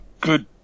good